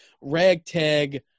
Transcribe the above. ragtag